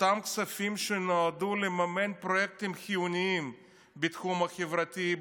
אותם כספים שנועדו לממן פרויקטים חיוניים בתחום החברתי,